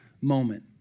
moment